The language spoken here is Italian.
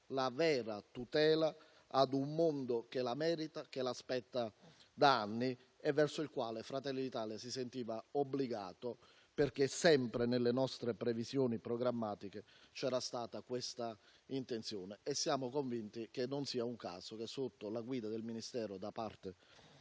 una vera tutela a un mondo che la merita, che l'aspetta da anni e verso il quale Fratelli d'Italia si sentiva obbligato, perché sempre nelle nostre previsioni programmatiche c'è stata questa intenzione. Siamo convinti dunque che non sia un caso che sotto la guida del Ministero da parte